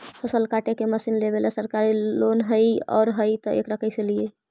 फसल काटे के मशीन लेबेला सरकारी लोन हई और हई त एकरा कैसे लियै?